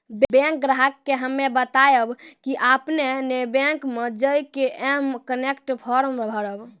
bank ग्राहक के हम्मे बतायब की आपने ने बैंक मे जय के एम कनेक्ट फॉर्म भरबऽ